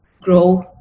grow